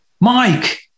Mike